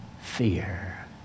fear